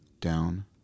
down –